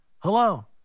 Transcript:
hello